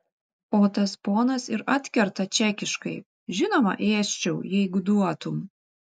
o tas ponas ir atkerta čekiškai žinoma ėsčiau jeigu duotum